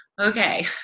Okay